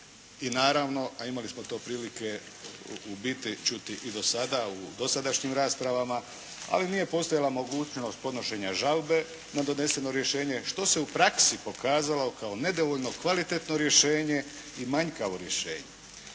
I naravno, a imali smo to prilike u biti čuti i dosada, u dosadašnjim raspravama, ali nije postojala mogućnost podnošenja žalbe na doneseno rješenje što se u praksi pokazalo kao nedovoljno kvalitetno rješenje i manjkavo rješenje.